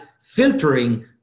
filtering